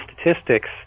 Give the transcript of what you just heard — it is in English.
statistics